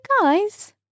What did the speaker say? guys